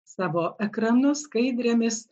savo ekranu skaidrėmis